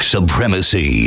Supremacy